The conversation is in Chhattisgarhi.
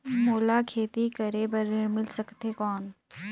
मोला खेती करे बार ऋण मिल सकथे कौन?